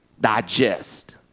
digest